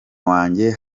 wanjye